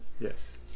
Yes